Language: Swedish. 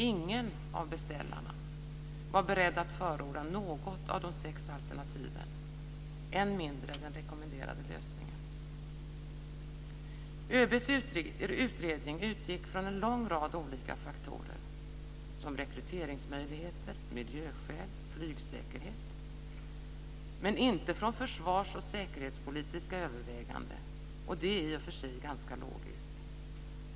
Ingen av beställarna var beredda att förorda något av de sex alternativen, än mindre den rekommenderade lösningen. ÖB:s utredning utgick från en lång rad olika faktorer som rekryteringsmöjligheter, miljöskäl och flygsäkerhet, men inte från försvars och säkerhetspolitiska överväganden. Det är i och för sig ganska logiskt.